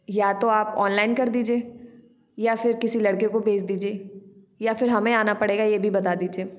या तो आप ऑनलाइन कर दीजिए या फिर किसी लड़के को भेज दीजिए या फिर हमें आना पड़ेगा ये भी बता दीजिए